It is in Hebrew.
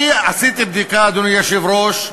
אני עשיתי בדיקה, אדוני היושב-ראש,